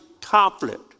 conflict